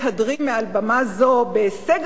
כמה פעמים שמענו אתכם מתהדרים מעל במה זו בהישג